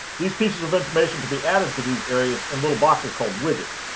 these pieces of information can be added to these areas in little boxes called widgets.